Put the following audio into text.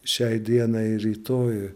šiai dienai rytojui